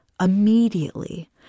Immediately